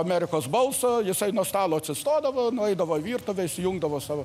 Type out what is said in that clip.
amerikos balso jisai nuo stalo atsistodavo nueidavo į virtuvę įsijungdavo savo